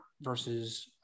versus